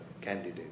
candidate